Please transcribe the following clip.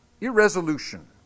Irresolution